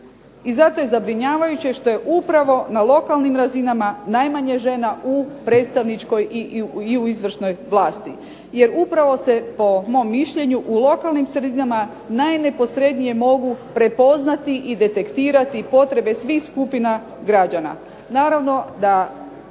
i zato je zabrinjavajuće što je upravo na lokalnim razinama najmanje žena u predstavničkoj i u izvršnoj vlasti. Jer upravo se po mom mišljenju u lokalnim sredinama najneposrednije mogu prepoznati i detektirati potrebe svih skupina građana. Naravno da